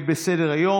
לא מנומקת בסדר-היום.